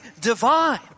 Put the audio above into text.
divine